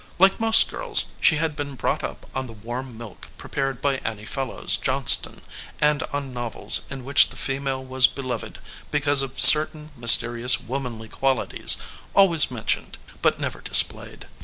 like most girls she had been brought up on the warm milk prepared by annie fellows johnston and on novels in which the female was beloved because of certain mysterious womanly qualities always mentioned but never displayed.